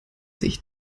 sich